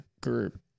group